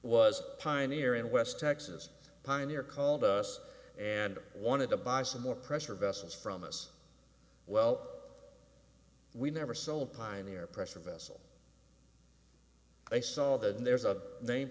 pioneering west texas pioneer called us and wanted to buy some more pressure vessels from us well we never saw a pioneer pressure vessel i saw that and there's a name